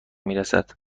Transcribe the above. برسد